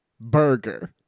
Burger